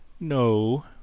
no,